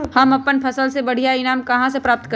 हम अपन फसल से बढ़िया ईनाम कहाँ से प्राप्त करी?